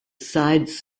sides